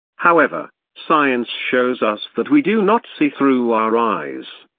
however, science shows us that we do not see through our eyes.